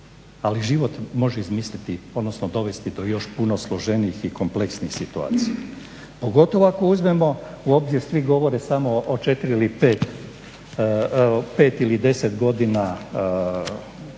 ali život može izmisliti odnosno dovesti do još puno složenijih i kompleksnijih situacija. Pogotovo ako uzmemo u obzir svi govore samo o 4 ili 5, 5 ili 10 godina prolongiranja,